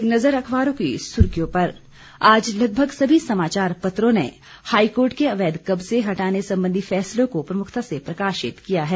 एक नजर अखबारों की सुर्खियों पर आज लगभग सभी समाचार पत्रों ने हाईकोर्ट के अवैध कब्जे हटाने संबंधी फैसले को प्रमुखता से प्रकाशित किया है